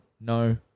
no